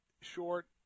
short